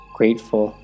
grateful